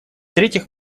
третьих